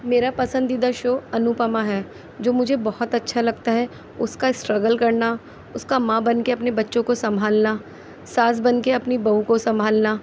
میرا پسندیدہ شو انوپما ہے جو مجھے بہت اچھا لگتا ہے اس کا اسٹرگل کرنا اس کا ماں بن کے اپنے بچوں کو سنبھالنا ساس بن کے اپنی بہو کو سنبھالنا